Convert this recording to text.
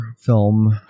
film